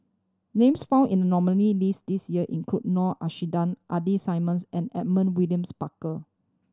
names found in nominee list this year include Noor Aishah Ida Simmons and Edmund Williams Barker